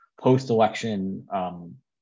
post-election